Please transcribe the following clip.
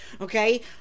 Okay